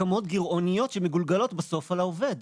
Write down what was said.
הסכמות גרעוניות שמגולגלות בסוף על העובד.